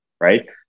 right